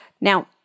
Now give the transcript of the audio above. Now